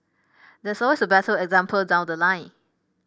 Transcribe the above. there's always a better example down the line